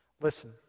Listen